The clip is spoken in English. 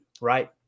right